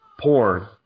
porn